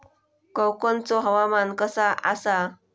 कोकनचो हवामान कसा आसा?